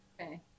okay